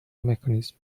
mechanism